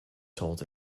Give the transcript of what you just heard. told